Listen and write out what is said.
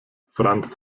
franz